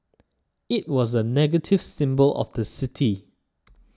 it was a negative symbol of the city